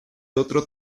otro